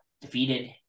defeated